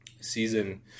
season